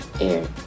air